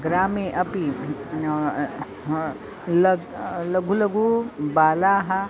ग्रामे अपि लग् लघु लघु बालाः